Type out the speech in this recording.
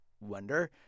wonder